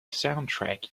soundtrack